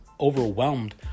overwhelmed